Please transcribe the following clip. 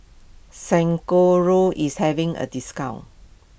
is having a discount